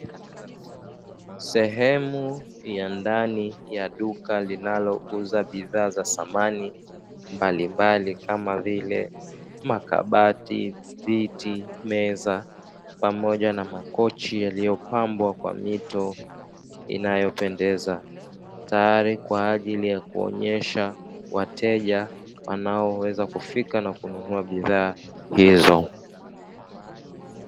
Sehemu ya ndani ya duka linalouza bidhaa za samani mbalimbali kama vile: makabati, viti, meza, pamoja na makochi yalipambwa kwa mito inayopendeza; tayari kwa ajili ya kuonyesha wateja wanaoweza kufika kununua bidhaa hizo.